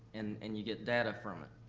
and and you get data from it.